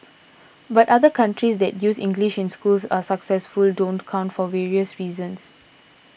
but countries that use English in schools and are successful don't count for various reasons